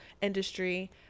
industry